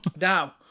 Now